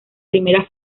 primera